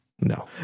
no